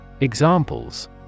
Examples